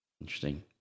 Interesting